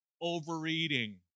overeating